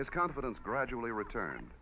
his confidence gradually return